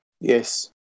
Yes